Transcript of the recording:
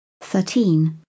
Thirteen